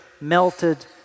melted